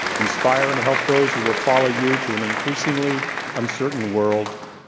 inspire and help those who will follow you to an increasingly uncertain world,